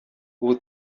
ubu